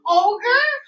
ogre